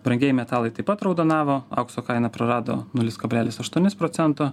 brangieji metalai taip pat raudonavo aukso kaina prarado nulis kablelis aštuonis procento